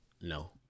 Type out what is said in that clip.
no